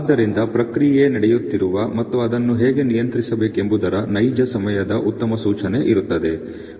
ಆದ್ದರಿಂದ ಪ್ರಕ್ರಿಯೆ ನಡೆಯುತ್ತಿರುವ ಮತ್ತು ಅದನ್ನು ಹೇಗೆ ನಿಯಂತ್ರಿಸಬೇಕೆಂಬುದರ ನೈಜ ಸಮಯದ ಉತ್ತಮ ಸೂಚನೆ ಇರುತ್ತದೆ